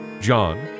John